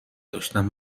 داشتن